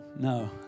No